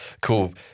cool